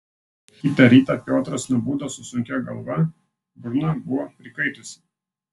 kitą rytą piotras nubudo su sunkia galva burna buvo prikaitusi